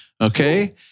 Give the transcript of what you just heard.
okay